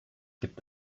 gibt